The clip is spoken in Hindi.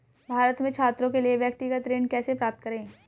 भारत में छात्रों के लिए व्यक्तिगत ऋण कैसे प्राप्त करें?